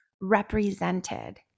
represented